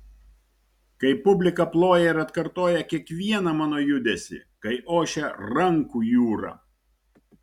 kai publika ploja ir atkartoja kiekvieną mano judesį kai ošia rankų jūra